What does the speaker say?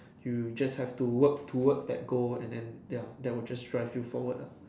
you just have to work towards that goal and then ya that would just drive you forward lah